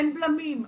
אין בלמים.